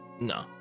no